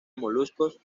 moluscos